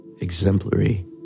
exemplary